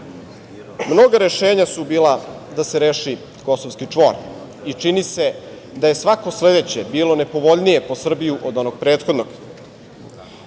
mnoga rešenja su bila da se reši kosovski čvor i čini se da je svako sledeće bilo nepovoljnije po Srbiju, od onog prethodnog.